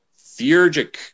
theurgic